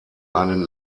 einen